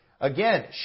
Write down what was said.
again